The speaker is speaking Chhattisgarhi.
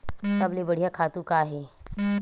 सबले बढ़िया खातु का हे?